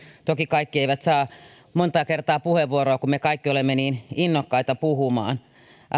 toki kaikki eivät saa montaa kertaa puheenvuoroa kun me kaikki olemme niin innokkaita puhumaan